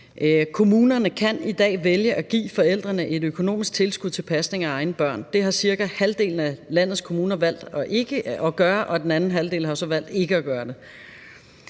Kommunerne kan i dag vælge at give forældrene et økonomisk tilskud til pasning af egne børn. Det har cirka halvdelen af landets kommuner valgt at gøre, og den anden halvdel har så valgt ikke at gøre det.